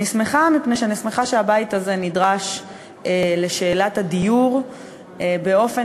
אני שמחה מפני שהבית הזה נדרש לשאלת הדיור באופן